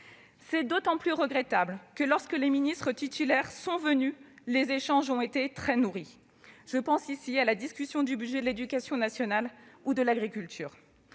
C'est d'autant plus regrettable que, lorsque les ministres titulaires sont venus, les échanges ont été très nourris. Je pense ici à la discussion du budget de l'éducation nationale ou de celui de l'agriculture